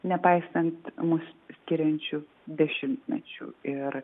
nepaisant mus skiriančių dešimtmečių ir